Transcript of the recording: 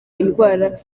indwara